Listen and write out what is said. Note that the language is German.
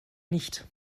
nicht